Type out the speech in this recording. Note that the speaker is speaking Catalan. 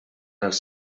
els